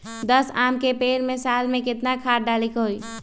दस आम के पेड़ में साल में केतना खाद्य डाले के होई?